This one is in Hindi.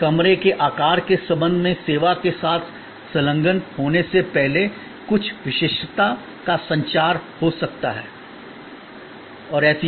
कमरे के आकार के संबंध में सेवा के साथ संलग्न होने से पहले कुछ विशिष्टता का संचार हो सकता है आदि